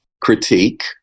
critique